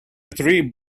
tree